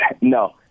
No